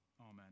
Amen